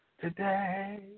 today